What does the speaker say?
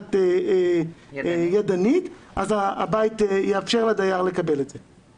מקלחת ידנית, אז הבית יאפשר לדייר לקבל את זה.